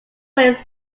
ways